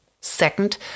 Second